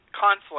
conflict